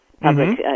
Public